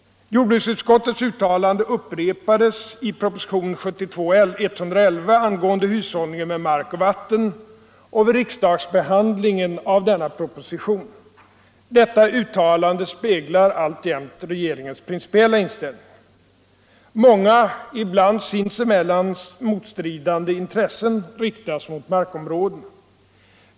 Jordbruksutskottets uttalande upprepades i propositionen 111 år 1972 angående hushållningen med mark och vatten och vid riksdagsbehandlingen av denna proposition. Detta uttalande speglar alltjämt regeringens principiella inställning. Många, ibland sinsemellan motstridande, intressen riktas mot markområdena.